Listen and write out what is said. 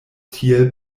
tiel